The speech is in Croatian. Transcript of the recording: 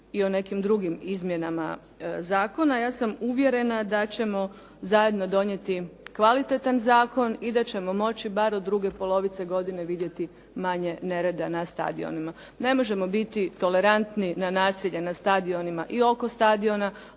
i o nekim drugim izmjenama zakona. Ja sam uvjerena da ćemo zajedno donijeti kvalitetan zakon i da ćemo moći bar od druge polovice godine vidjeti manje nereda na stadionima. Ne možemo biti tolerantni na nasilje na stadionima i oko stadiona,